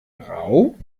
rau